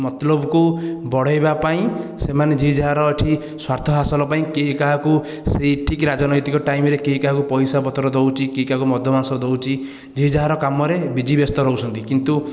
ମତଲବକୁ ବଢ଼ାଇବା ପାଇଁ ସେମାନେ ଯିଏ ଯାହାର ଏଠି ସ୍ଵାର୍ଥ ହାସଲ ପାଇଁ କିଏ କାହାକୁ ସେହି ଠିକ ରାଜନୈତିକ ଟାଇମ୍ରେ କିଏ କାହାକୁ ପଇସା ପତ୍ର ଦେଉଛି କିଏ କାହାକୁ ମଦ ମାଂସ ଦେଉଛି ଯିଏ ଯାହାର କାମରେ ବିଜି ବ୍ୟସ୍ତ ରହୁଛନ୍ତି କିନ୍ତୁ